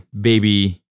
baby